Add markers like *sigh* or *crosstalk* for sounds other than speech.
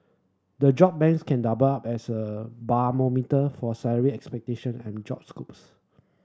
the job banks can *unintelligible* up as a *unintelligible* for salary expectation and job scopes